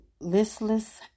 listless